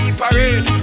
parade